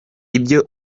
ibyo